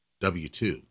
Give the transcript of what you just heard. W-2